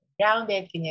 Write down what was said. grounded